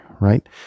right